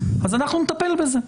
אז אנחנו נטפל בזה.